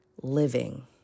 living